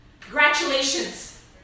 Congratulations